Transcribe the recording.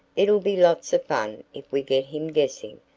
it'll be lots of fun if we get him guessing,